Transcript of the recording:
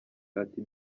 ati